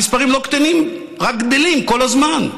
המספרים לא קטנים, רק גדלים כל הזמן.